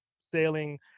sailing